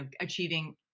achieving